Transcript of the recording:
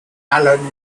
allen